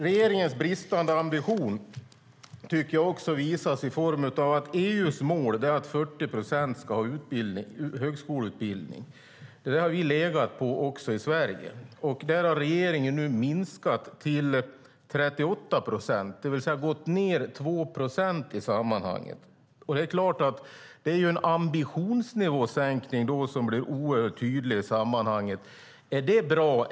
Regeringens bristande ambition visar sig också på andra sätt. EU:s mål är att 40 procent ska ha högskoleutbildning. Den nivån har vi legat på i Sverige. Där har regeringen nu sänkt ambitionsnivån till 38 procent. Man har alltså gått ned 2 procentenheter i sammanhanget. Det är en ambitionsnivåsänkning som är oerhört tydlig. Är det bra?